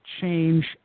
change